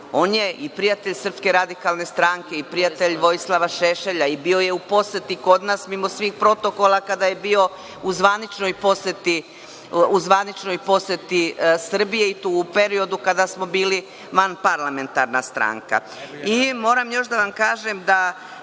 On je i prijatelj SRS i prijatelj Vojislava Šešelja i bio je u poseti kod nas, mimo svih protokola, kada je bio u zvaničnoj poseti Srbiji i to u periodu kada smo bili vanparlamentarna stranka. Moram